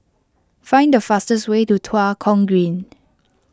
find the fastest way to Tua Kong Green